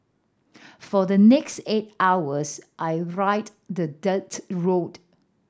for the next eight hours I ride the dirt road